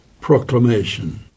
Proclamation